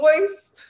voice